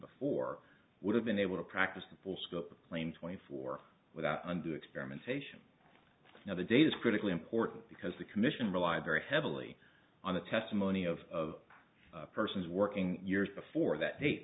before would have been able to practise the full scope claimed twenty four without undue experimentation now the date is critically important because the commission relied very heavily on the testimony of persons working years before that date